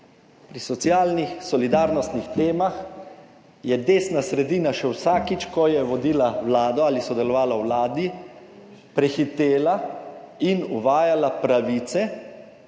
pri socialnih, solidarnostnih temah je desna sredina še vsakič, ko je vodila Vlado ali sodelovala v vladi, prehitela in uvajala pravice,